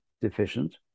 deficient